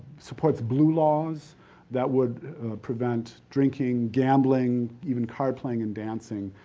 supports blue laws that would prevent drinking, gambling, even card playing and dancing